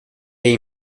hay